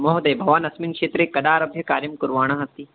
महोदय भवानस्मिन् क्षेत्रे कदारभ्य कार्यं कुर्वाणः अस्ति